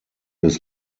des